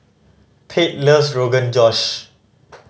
Pate loves Rogan Josh